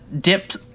dipped